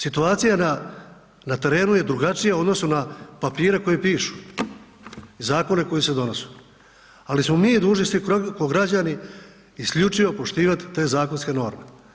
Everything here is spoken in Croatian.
Situacija na terenu je drugačija u odnosu na papire koji pišu, zakone koji se donose, ali smo mi dužni svi kao građani isključivo poštivati te zakonske norme.